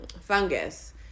fungus